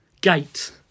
Gate